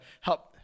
help